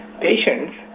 Patients